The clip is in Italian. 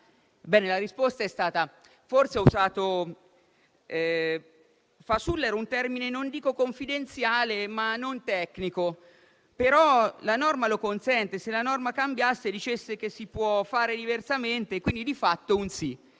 la risposta è stata: fasulla era un termine non dico confidenziale, ma non tecnico. Però la norma lo consente, se la norma cambiasse e dicesse che si può fare diversamente... Quindi di fatto è